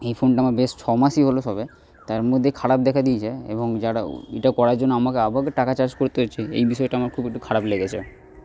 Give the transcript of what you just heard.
এই ফোনটা আমার বেশ ছমাসই হল সবে তার মধ্যেই খারাপ দেখা দিয়েছে এবং যারাও এটা করার জন্য আমাকে টাকা চার্জ করতে হচ্ছে এই বিষয়টা আমার খুব একটু খারাপ লেগেছে